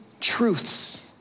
truths